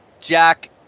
Jack